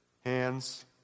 hands